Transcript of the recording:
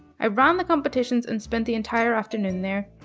i ran the competitions and spent the entire afternoon there.